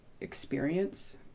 experience